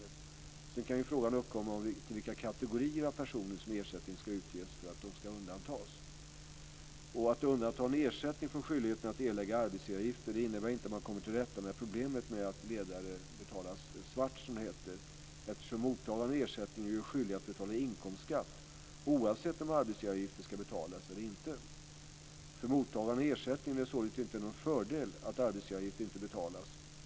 Vidare kan frågan uppkomma till vilka kategorier av personer som ersättningar ska utges för att de ska undantas. Att undanta en ersättning från skyldigheten för mottagaren att erlägga arbetsgivaravgift innebär inte att man kommer till rätta med problemet med att ledare betalas svart, som det heter, eftersom mottagare av ersättning är skyldiga att betala inkomstskatt, oavsett om arbetsgivaravgift ska betalas eller inte. För mottagare av ersättning blir det således inte någon fördel att arbetsgivaravgift inte betalas.